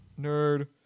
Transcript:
Nerd